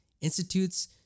institutes